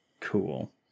Cool